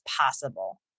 possible